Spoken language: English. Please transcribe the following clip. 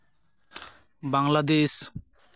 Bangladesh